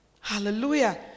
Hallelujah